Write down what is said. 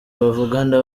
bavugana